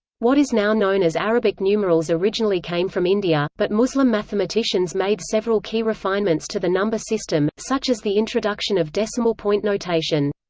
what is now known as arabic numerals originally came from india, but muslim mathematicians made several key refinements to the number system, such as the introduction of decimal point notation.